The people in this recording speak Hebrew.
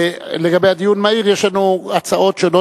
לגבי הדיון המהיר, יש לנו הצעות שונות.